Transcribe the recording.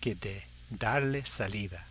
que de darle salida